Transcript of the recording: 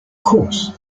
course